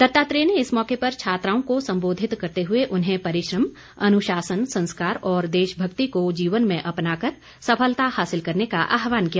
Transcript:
दत्तात्रेय ने इस मौके पर छात्राओं को सम्बोधित करते हुए उन्हें परिश्रम अनुशासन संस्कार और देशभक्ति को जीवन में अपनाकर सफलता हासिल करने का आहवान किया